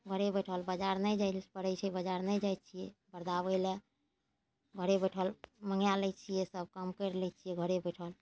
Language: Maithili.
घरे बैसल बजार नै जाइ लए पड़ै छै बजार नै जाइ छियै बर्दाबै लऽ घरे बैठल मँगा लै छियै सब काम कइर लै छियै घरे बैठल